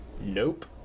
nope